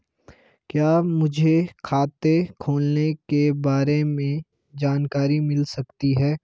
क्या मुझे खाते खोलने के बारे में जानकारी मिल सकती है?